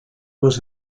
was